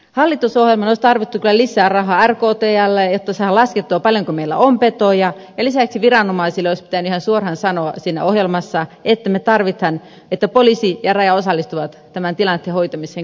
hallitusohjelmaan olisi kyllä tarvittu lisää rahaa rktlään jotta saadaan laskettua paljonko meillä on petoja ja lisäksi viranomaisille olisi pitänyt ihan suoraan sanoa siinä ohjelmassa että me tarvitsemme sitä että poliisi ja raja osallistuvat tämän tilanteen hoitamiseen koko suomessa